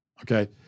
Okay